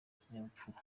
ikinyabupfura